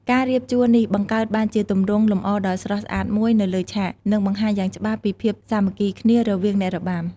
ការរៀបជួរនេះបង្កើតបានជាទម្រង់លម្អរដ៏ស្រស់ស្អាតមួយនៅលើឆាក និងបង្ហាញយ៉ាងច្បាស់ពីភាពសាមគ្គីគ្នារវាងអ្នករបាំ។